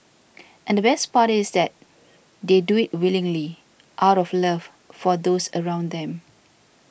and the best part is that they do it willingly out of love for those around them